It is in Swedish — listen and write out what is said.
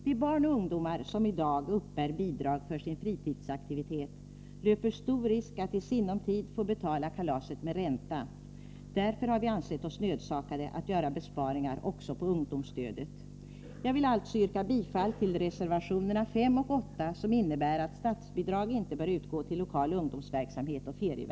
De barn och ungdomar som i dag uppbär bidrag för sin fritidsaktivitet löper stor risk att i sinom tid få betala kalaset med ränta. Därför har vi ansett oss nödsakade att göra besparingar också när det gäller ungdomsstödet. Med det anförda yrkar jag bifall till reservationerna 1, 2, 6, 8 och 9.